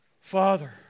Father